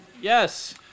Yes